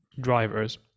drivers